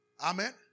Amen